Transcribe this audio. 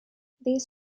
these